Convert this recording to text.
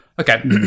Okay